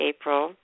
April